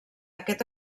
aquest